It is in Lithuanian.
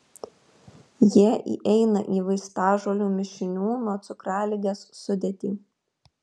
jie įeina į vaistažolių mišinių nuo cukraligės sudėtį